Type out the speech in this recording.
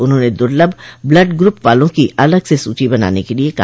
उन्होंने दुलभ blood group वालों की अलग से सूची बनाने के लिये कहा